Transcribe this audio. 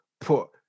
put